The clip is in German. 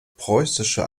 preußische